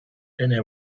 ene